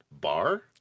bar